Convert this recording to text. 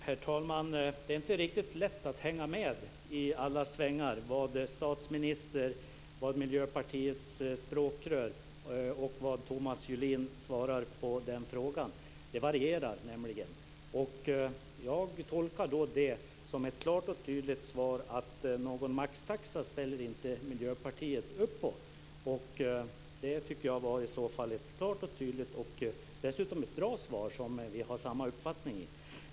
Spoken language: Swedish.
Herr talman! Det är inte riktigt lätt att hänga med i alla svängar vad statsministern, vad Miljöpartiets språkrör och vad Thomas Julin svarar på den frågan. Det varierar nämligen. Jag tolkar detta som ett klart och tydligt svar. Någon maxtaxa ställer inte Miljöpartiet upp på. Och det tycker jag i så fall var ett klart och tydligt och dessutom ett bra svar, där vi har samma uppfattning.